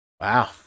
Wow